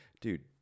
dude